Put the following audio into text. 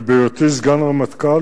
ובהיותי סגן רמטכ"ל.